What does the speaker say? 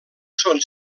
són